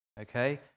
Okay